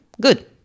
good